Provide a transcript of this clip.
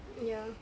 ya